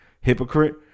hypocrite